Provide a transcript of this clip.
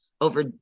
over